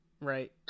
right